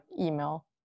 email